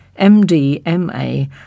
MDMA